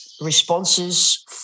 responses